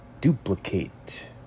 duplicate